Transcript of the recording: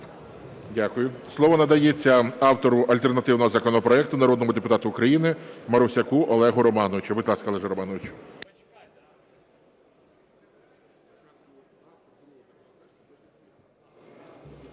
Дякую. Слово надається автору альтернативного законопроекту, народному депутату України Марусяку Олегу Романовичу. Будь ласка, Олег Романович.